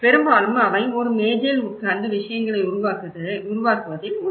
பெரும்பாலும் அவை ஒரு மேஜையில் உட்கார்ந்து விஷயங்களை உருவாக்குவதில் முடிவடையும்